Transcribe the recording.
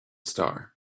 star